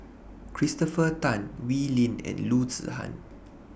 Christopher Tan Wee Lin and Loo Zihan